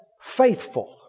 faithful